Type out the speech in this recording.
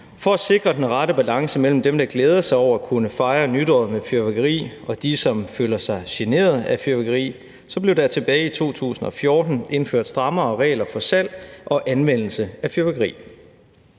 For at sikre den rette balance mellem dem, der glæder sig over at kunne fejre nytåret med fyrværkeri, og dem, som føler sig generet af fyrværkeri, blev der tilbage i 2014 indført strammere regler for salg og anvendelse af fyrværkeri.